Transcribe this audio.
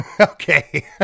Okay